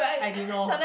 I didn't know